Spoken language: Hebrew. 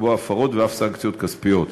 תקבע הפרות ואף סנקציות כספיות.